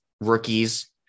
rookies